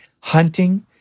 hunting